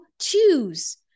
choose